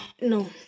No